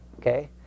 okay